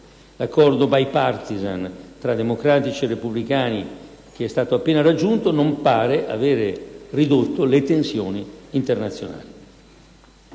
L'accordo *bipartisan* tra democratici e repubblicani che è stato appena raggiunto non pare avere ridotto le tensioni internazionali.